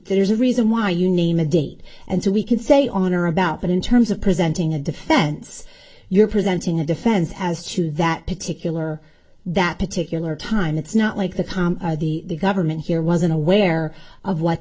there's a reason why you name a date and so we can say on or about but in terms of presenting a defense you're presenting a defense as to that particular that particular time it's not like the time the government here wasn't aware of what